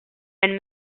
and